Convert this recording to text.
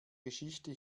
geschichte